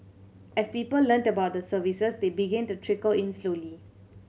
as people learnt about the services they began to trickle in slowly